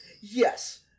Yes